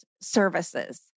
services